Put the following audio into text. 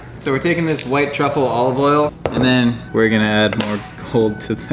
so we're taking this white truffle olive oil and then we're gonna add more gold to